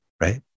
right